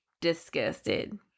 disgusted